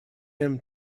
him